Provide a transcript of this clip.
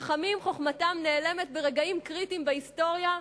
חכמים, חוכמתם נעלמת ברגעים קריטיים בהיסטוריה,